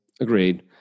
Agreed